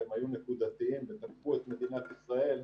שהם היו נקודתיים ותקפו את מדינת ישראל,